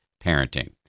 parenting